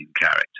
character